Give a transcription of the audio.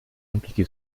impliqué